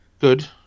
good